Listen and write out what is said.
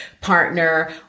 partner